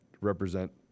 represent